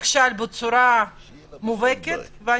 נכשל בצורה מובהקת במקומות בהם צריך לתת מענה.